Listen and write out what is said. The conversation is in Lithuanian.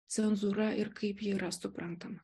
cenzūra ir kaip ji yra suprantama